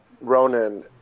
Ronan